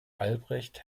albrecht